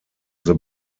the